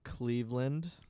Cleveland